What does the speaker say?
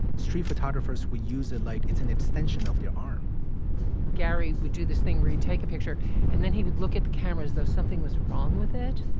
street photographers will use a light. it's an extension of their arm gary would do this thing where you take a picture and then he would look at the cameras, though something was wrong with it.